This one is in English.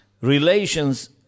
relations